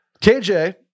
KJ